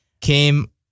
came